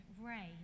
rain